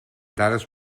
dades